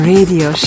Radio